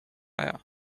aja